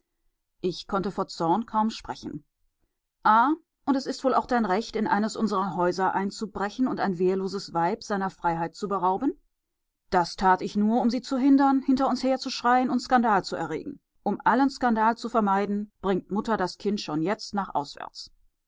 ich konnte vor zorn kaum sprechen ah und es ist wohl auch dein recht in eines unserer häuser einzubrechen und ein wehrloses weib seiner freiheit zu berauben das tat ich nur um sie zu hindern hinter uns herzuschreien und skandal zu erregen um allen skandal zu vermeiden bringt mutter das kind schon jetzt nach auswärts